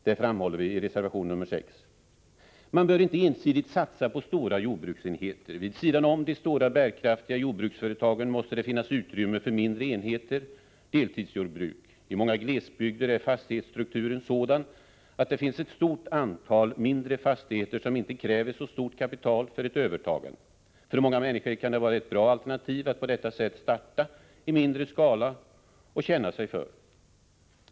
Detta framhåller vi i reservation 6. Man bör inte ensidigt satsa på stora jordbruksenheter. Vid sidan om de stora bärkraftiga jordbruksföretagen måste det finnas utrymme för mindre enheter, deltidsjordbruk. I många glesbygder är fastighetsstrukturen sådan att det finns ett stort antal mindre fastigheter som inte kräver så stort kapital för ett övertagande. För många människor kan det vara ett bra alternativ att på detta sätt starta i mindre skala och känna sig för.